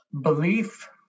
belief